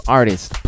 artist